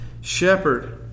shepherd